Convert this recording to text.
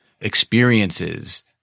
experiences